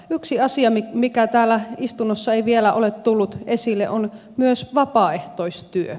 yksi asia mikä täällä istunnossa ei vielä ole tullut esille on myös vapaaehtoistyö